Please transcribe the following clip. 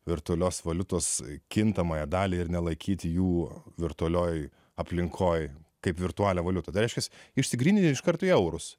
virtualios valiutos kintamąją dalį ir nelaikyti jų virtualioje aplinkoje kaip virtualią valiutą reiškiantis išsigrynini iš karto į eurus